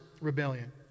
rebellion